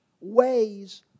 ways